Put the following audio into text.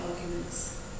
arguments